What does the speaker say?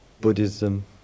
Buddhism